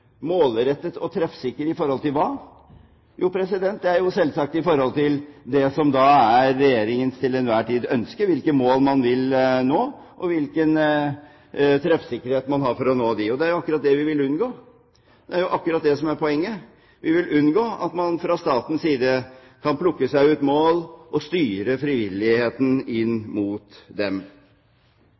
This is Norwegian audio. og treffsikre når det gjelder hva? Jo, det er selvsagt i forhold til det som til enhver tid er Regjeringens ønske – hvilke mål man vil nå, og hvilken treffsikkerhet man har for å nå dem. Det er akkurat det vi vil unngå. Det er akkurat det som er poenget. Vi vil unngå at man fra statens side kan plukke seg ut mål og styre frivilligheten inn mot dem.